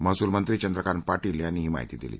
महसूल मंत्री चंद्रकांत पाटील यांनी ही माहिती दिली